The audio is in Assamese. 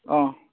অঁ